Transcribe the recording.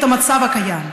את המצב הקיים,